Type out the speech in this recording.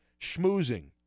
schmoozing